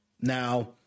Now